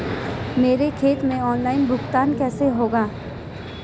मेरे खाते में ऑनलाइन भुगतान कैसे होगा?